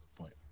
point